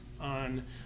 on